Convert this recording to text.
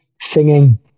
singing